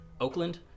Oakland